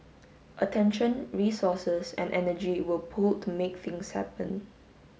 attention resources and energy were pooled to make things happen